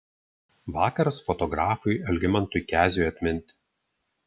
vakaras fotografui algimantui keziui atminti